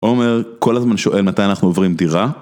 עומר כל הזמן שואל מתי אנחנו עוברים דירה.